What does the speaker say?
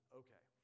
okay